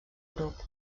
grup